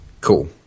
Cool